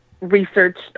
research